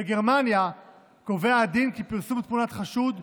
בגרמניה קובע הדין כי פרסום תמונת חשוד,